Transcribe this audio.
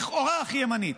לכאורה הכי ימנית,